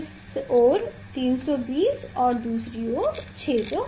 इस ओर 320 और दूसरी तरफ 650